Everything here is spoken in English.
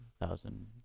thousand